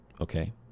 okay